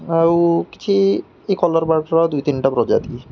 ଆଉ କିଛି ଏଇ କଲର୍ ବାର୍ଡ୍ର ଦୁଇ ତିନଟା ପ୍ରଜାତି